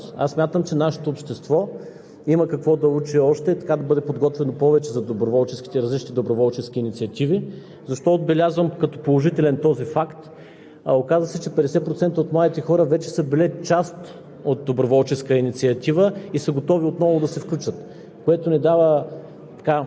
в друг град, но да останат в държавата и 27% са готови да напуснат държавата. Защо казвам, че доброволчеството е една от темите, която е от изключителна важност? Смятам, че нашето общество има какво да учи още как да бъде подготвено повече за различните доброволческите инициативи. Защо отбелязвам като положителен този факт?